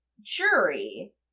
jury